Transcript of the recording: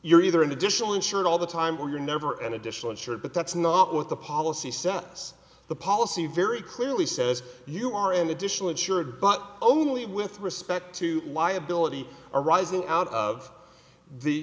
you're either an additional insured all the time or you're never an additional insured but that's not what the policy sets the policy very clearly says you are an additional insured but only with respect to liability arising out of the